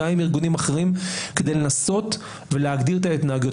גם עם ארגונים אחרים כדי לנסות ולהגדיר את ההתנהגות.